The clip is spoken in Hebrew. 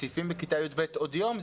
מוסיפים בכיתה י"ב עוד יום,